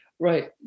Right